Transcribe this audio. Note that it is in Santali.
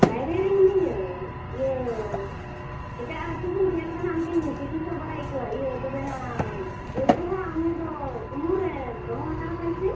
ᱵᱟᱭᱨᱮ ᱨᱮ ᱦᱮᱱᱟᱹᱧᱟᱹ ᱤᱭᱟᱹ ᱮᱴᱟᱜ ᱟᱛᱳ ᱥᱮᱱᱤᱧ ᱥᱮᱱ ᱟᱠᱟᱱᱟ ᱚᱱᱛᱮᱧ ᱪᱤᱠᱤᱥᱟ ᱵᱟᱲᱟᱭᱮᱫ ᱠᱚᱣᱟ ᱤᱭᱟᱹ ᱛᱚᱵᱮ ᱦᱟᱜ ᱜᱟᱹᱭ ᱫᱚᱦᱟᱜ ᱩᱱᱤ ᱫᱚ ᱩᱢᱩᱞ ᱨᱮ ᱫᱚᱦᱚ ᱦᱟᱛᱟᱲ ᱠᱟᱭ ᱯᱮ